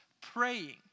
praying